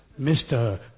Mr